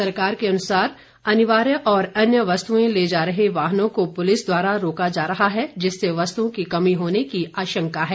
सरकार के अनुसार अनिवार्य और अन्य वस्तुएं ले जा रहे वाहनों को पुलिस द्वारा रोका जा रहा है जिससे वस्तुओं की कमी होने की आशंका है